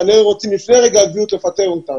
כנראה רוצים לפני רגע הקביעות לפטר אותם.